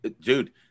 Dude